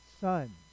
son